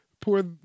Poor